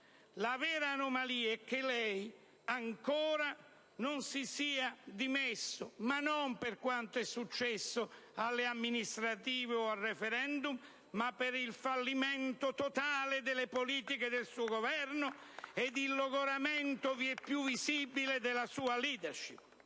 La vera anomalia è che lei ancora non si sia dimesso, ma non per quanto successo alle elezioni amministrative o al *referendum*, bensì per il fallimento totale delle politiche del suo Governo e il logoramento vieppiù visibile della sua *leadership*.